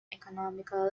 economical